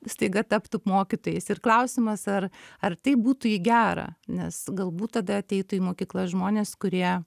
staiga taptų mokytojais ir klausimas ar ar tai būtų į gerą nes galbūt tada ateitų į mokyklas žmonės kurie